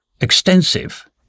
extensive